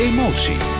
Emotie